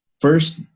first